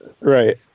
right